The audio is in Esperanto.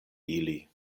ili